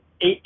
eight